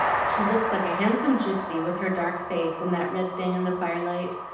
she looks like a handsome gypsy, with her dark face and that red thing in the firelight.